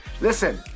Listen